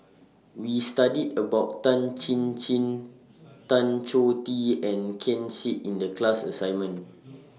We studied about Tan Chin Chin Tan Choh Tee and Ken Seet in The class assignment